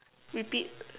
repeat